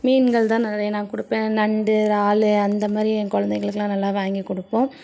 மீன்கள் தான் நிறைய நான் கொடுப்பேன் நண்டு இறாலு அந்தமாதிரி என் கொழந்தைங்களுக்குலாம் நல்லா வாங்கிக்கொடுப்போம்